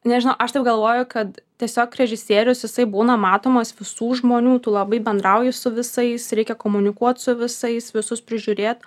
nežinau aš taip galvoju kad tiesiog režisierius jisai būna matomas visų žmonių tu labai bendrauji su visais reikia komunikuot su visais visus prižiūrėt